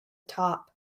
top